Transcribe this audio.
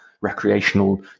recreational